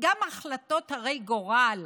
גם החלטות הרות גורל,